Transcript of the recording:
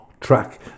track